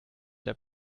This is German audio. der